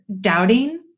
doubting